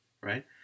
right